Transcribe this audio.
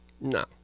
No